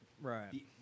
Right